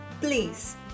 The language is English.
Please